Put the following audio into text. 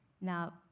Now